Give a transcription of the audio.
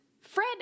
fred